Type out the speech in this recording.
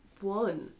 one